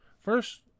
First